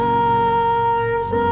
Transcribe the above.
arms